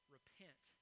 Repent